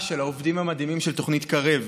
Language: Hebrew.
של העובדים המדהימים של תוכנית קרב,